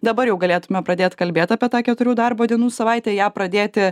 dabar jau galėtume pradėt kalbėt apie tą keturių darbo dienų savaitę ją pradėti